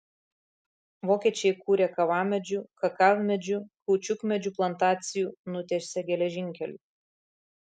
vokiečiai įkūrė kavamedžių kakavmedžių kaučiukmedžių plantacijų nutiesė geležinkelių